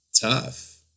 tough